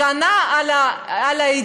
הגנה על עדים.